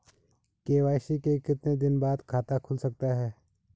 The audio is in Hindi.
के.वाई.सी के कितने दिन बाद खाता खुल सकता है?